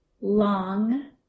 Long